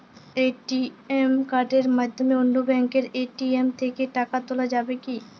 ATM কার্ডের মাধ্যমে অন্য ব্যাঙ্কের এ.টি.এম থেকে টাকা তোলা যাবে কি?